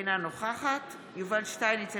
אינה נוכחת יובל שטייניץ,